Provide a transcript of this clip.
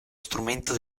strumento